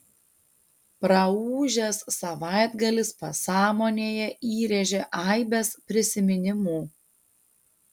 praūžęs savaitgalis pasąmonėje įrėžė aibes prisiminimų